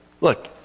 Look